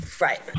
Right